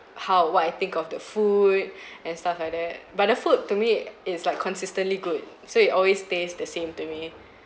how what I think of the food and stuff like that but the food to me it is like consistently good so it always stays the same to me